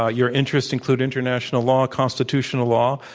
ah your interests include international law, constitutional law.